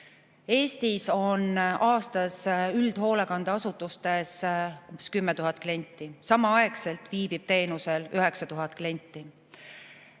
Eestis on aastas üldhoolekandeasutustes umbes 10 000 klienti, samaaegselt viibib teenusel 9000 klienti.